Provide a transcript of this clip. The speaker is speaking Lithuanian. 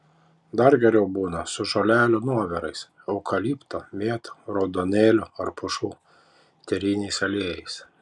dar geriau būna su žolelių nuovirais eukalipto mėtų raudonėlių ar pušų eteriniais aliejais